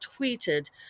tweeted